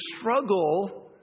struggle